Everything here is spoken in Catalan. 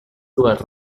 dues